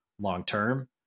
long-term